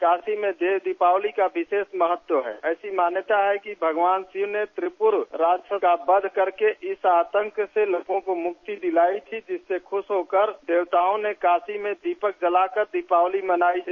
महादेव शिव की नगरी काशी में देव दीपावली का विशेष महत्व हं ऐसी मान्यता है कि भगवान शिव ने त्रिपुर राक्षणी का वध करके इसके आतंक से लोगों को मुक्ति दिलायी थी जिससे खुश होकर देवताओं ने काशी में दीपक जलाकर दीपावली मनायी थी